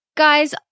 guys